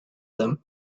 them